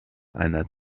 einer